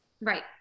Right